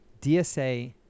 DSA